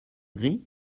gris